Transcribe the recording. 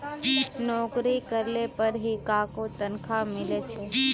नोकरी करले पर ही काहको तनखा मिले छे